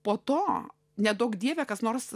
po to neduok dieve kas nors